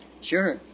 Sure